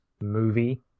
movie